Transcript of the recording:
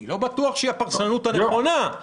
אני לא בטוח שהיא הפרשנות הנכונה,